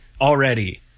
already